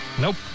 Nope